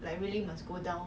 some guys like army though